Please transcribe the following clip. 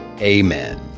amen